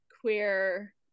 queer